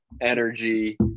energy